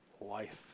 life